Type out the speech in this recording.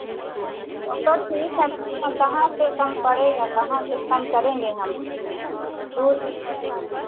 वो तो ठीक है कहाँ से कम पड़ेगा कहाँ से कम करेंगे हम दूर से